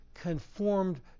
conformed